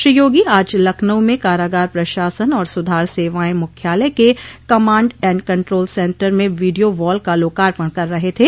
श्री योगी आज लखनऊ में कारागार प्रशासन और सुधार सेवाएं मुख्यालय के कमांड एण्ड कंट्रोल सेन्टर में वीडियो वॉल का लोकापण कर रहे थे